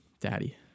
daddy